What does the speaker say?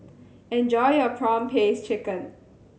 enjoy your prawn paste chicken